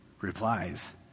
replies